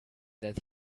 that